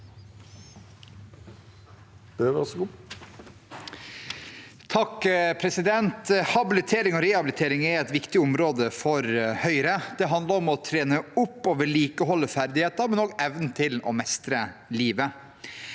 (H) Habilitering og rehabilitering er et viktig område for Høyre. Det handler om å trene opp og vedlikeholde ferdigheter, men også evnen til å mestre livet.